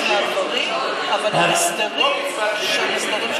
והם יסכימו, קצבת שאירים.